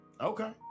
Okay